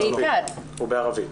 בעיקר בעברית.